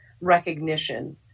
recognition